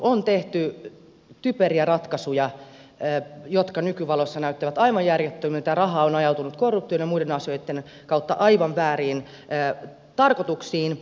on tehty typeriä ratkaisuja jotka nykyvalossa näyttävät aivan järjettömiltä ja rahaa on ajautunut korruption ja muiden asioitten kautta aivan vääriin tarkoituksiin